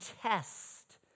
test